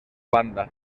banda